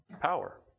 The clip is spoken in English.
power